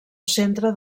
centre